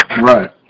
Right